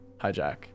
Hijack